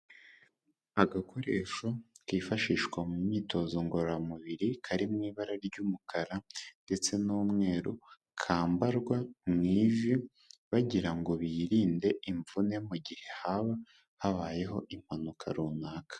Agakoresho kifashishwa mu myitozo ngororamubiri, kari mu ibara ry'umukara ndetse n'umweru, kambarwa mu ivi bagira ngo birinde imvune mu gihe haba habayeho impanuka runaka.